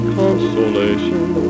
consolation